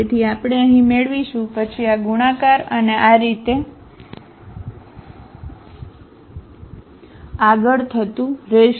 તેથી આપણે અહીં મેળવીશું પછી આ ગુણાકાર અને આ રીતે આગળ થતું રહેશે